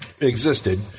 existed